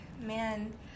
Man